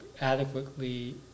adequately